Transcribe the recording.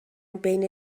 بین